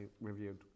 reviewed